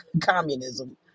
communism